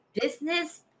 business